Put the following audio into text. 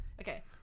Okay